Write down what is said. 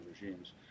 regimes